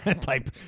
type